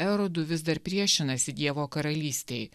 erodų vis dar priešinasi dievo karalystei